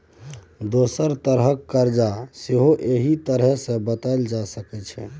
दोसर तरहक करजा सेहो एहि तरहें बताएल जा सकै छै